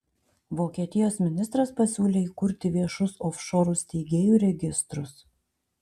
vokietijos ministras pasiūlė įkurti viešus ofšorų steigėjų registrus